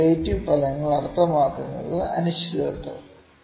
relative പദങ്ങൾ അർത്ഥമാക്കുന്നത് അനിശ്ചിതത്വം